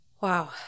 Wow